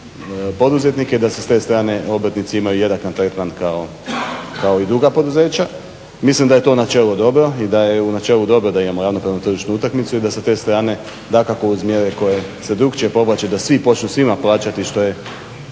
poduzetnike, da se s te strane obrtnici imaju jednak tretman kao i druga poduzeća. Mislim da je to načelo dobro i da je u načelu dobro da imamo ravnopravnu tržišnu utakmicu i da sa te strane dakako uz mjere koje se drukčije povlače, da svi počnu svima plaćati što je